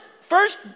first